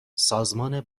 سازمان